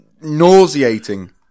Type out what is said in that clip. nauseating